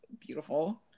beautiful